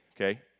Okay